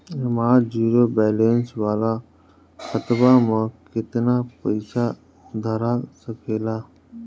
हमार zero balance वाला खतवा म केतना पईसा धरा सकेला?